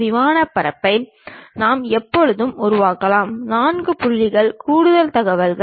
இந்த பெட்டகத்தின் எறியத்தை நாம் பார்க்கலாம்